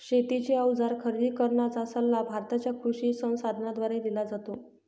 शेतीचे अवजार खरेदी करण्याचा सल्ला भारताच्या कृषी संसाधनाद्वारे दिला जातो